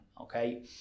Okay